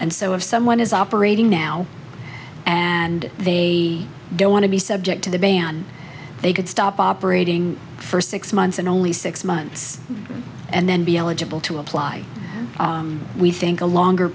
and so if someone is operating now and they don't want to be subject to the ban they could stop operating for six months and only six months and then be eligible to apply we think a longer